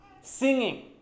singing